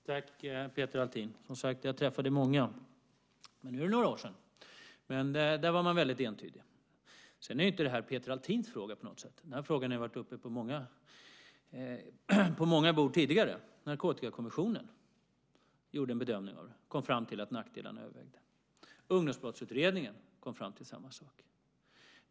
Fru talman! Tack, Peter Althin. Som sagt, jag träffade många, men nu är det några år sedan. Då var man väldigt entydig. Sedan är ju inte det här Peter Althins fråga på något sätt. Den här frågan har varit uppe på många bord tidigare. Narkotikakommissionen gjorde en bedömning av den och kom fram till att nackdelarna övervägde. Ungdomsbrottsutredningen kom fram till samma sak.